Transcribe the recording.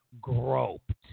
groped